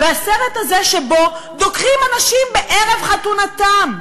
והסרט הזה, שבו דוקרים אנשים בערב חתונתם,